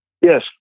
Yes